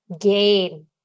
gain